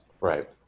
Right